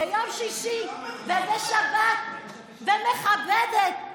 ביום שישי ובשבת ומכבדת,